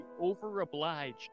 over-obliged